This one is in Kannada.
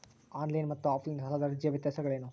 ಆನ್ ಲೈನ್ ಮತ್ತು ಆಫ್ ಲೈನ್ ಸಾಲದ ಅರ್ಜಿಯ ವ್ಯತ್ಯಾಸಗಳೇನು?